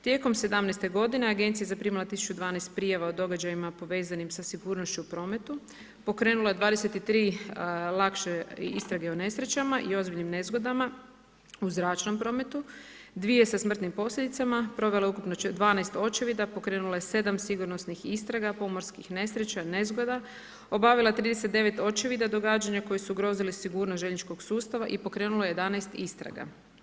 Tijekom '17. g. agencija je zaprimila 1012 prijava o događajima povezanima sa sigurnošću u prometu, pokrenula je 23 lakše istrage o nesrećama i ozbiljnim nezgodama u zračnom prometu, 2 sa samrtnim posljedicama, provela je ukupno 12 očevida, pokrenula je 7 sigurnosnih istraga, pomorskih nesreća, nezgoda, obavila 39 očevida, događanja koja su ugrozili sigurnost željezničkog sustava i pokrenula 11 istraga.